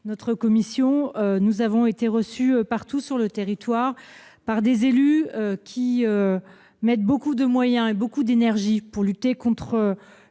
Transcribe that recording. de la commission, avons été reçus, partout sur le territoire, par des élus qui mettent beaucoup de moyens et d'énergie pour lutter contre